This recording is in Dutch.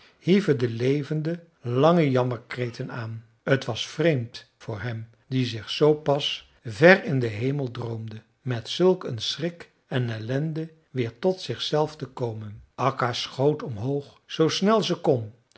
hieven de levende lange jammerkreten aan t was vreemd voor hem die zich zoo pas ver in den hemel droomde met zulk een schrik en ellende weer tot zichzelf te komen akka schoot omhoog zoo snel ze kon